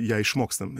ją išmokstam